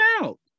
out